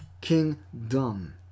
kingdom